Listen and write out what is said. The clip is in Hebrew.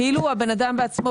כאילו הבן אדם בעצמו,